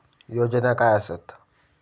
योजना काय आसत?